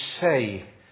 say